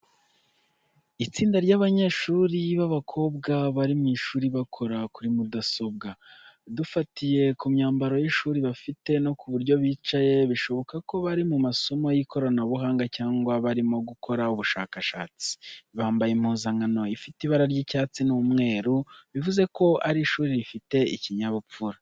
Itsinda ry’abanyeshuri b’abakobwa bari mu ishuri bakora kuri mudasobwa. Dufatiye ku myambaro y’ishuri bafite no ku buryo bicaye, bishoboka ko bari mu masomo y’ikoranabuhanga cyangwa barimo gukora ubushakashatsi. Bambaye impuzankano ifite ibara ry’icyatsi n'umweru, bivuze ko ari ishuri rifite ikinyabupfura.